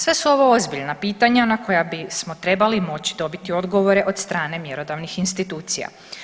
Sve su ovo ozbiljna pitanja na koja bismo trebali moći dobiti odgovore od strane mjerodavnih institucija.